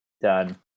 done